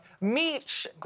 Meech